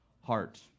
heart